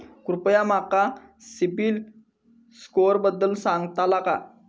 कृपया माका सिबिल स्कोअरबद्दल सांगताल का?